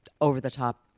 over-the-top